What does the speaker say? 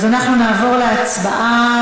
אז אנחנו נעבור להצבעה.